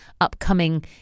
upcoming